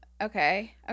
Okay